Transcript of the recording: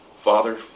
Father